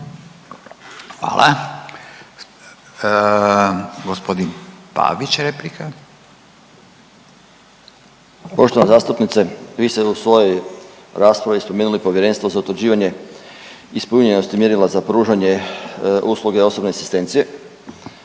Željko (Socijaldemokrati)** Poštovana zastupnice, vi ste u svojoj raspravi spomenuli Povjerenstvo za utvrđivanje ispunjenosti mjerila za pružanje usluge osobne asistencije,